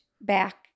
back